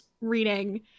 reading